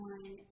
one